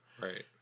Right